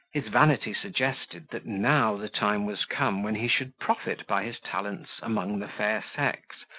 his vanity suggested, that now the time was come when he should profit by his talents among the fair sex,